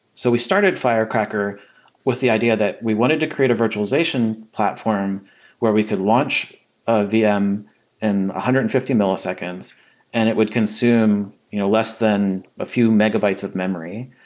so we started firecracker with the idea that we wanted to create a virtualization platform where we could launch a vm in one hundred and fifty milliseconds and it would consume you know less than a few megabytes of memory,